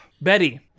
Betty